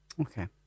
okay